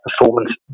performance